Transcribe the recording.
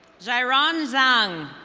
zay rung zung.